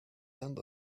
end